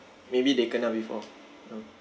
maybe they kena before you know